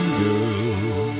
girl